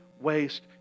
waste